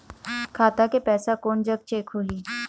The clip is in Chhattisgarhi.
खाता के पैसा कोन जग चेक होही?